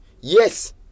Yes